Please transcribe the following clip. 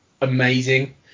Amazing